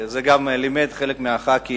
זה גם לימד חלק מחברי